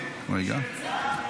כנוסח הוועדה,